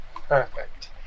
Perfect